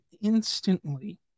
instantly